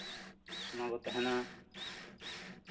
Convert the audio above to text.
ᱚᱱᱟ ᱠᱚ ᱛᱟᱦᱮᱱᱟ